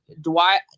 Dwight